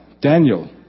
Daniel